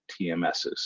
TMSs